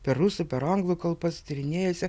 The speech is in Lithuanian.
per rusų per anglų kalbas tyrinėjusią